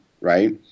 right